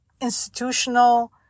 institutional